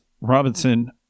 Robinson